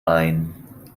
ein